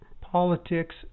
politics